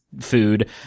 food